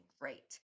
great